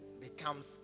becomes